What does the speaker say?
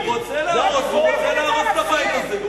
הוא רוצה להרוס את הבית הזה.